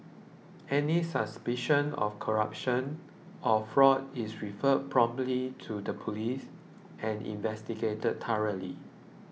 any suspicion of corruption or fraud is referred promptly to the police and investigated thoroughly